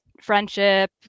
friendship